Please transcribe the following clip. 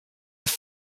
have